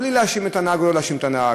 בלי להאשים את הנהג או לא להאשים את הנהג.